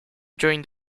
during